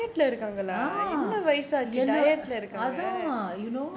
uh ya lah you know